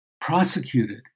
prosecuted